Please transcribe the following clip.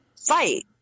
fight